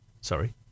Sorry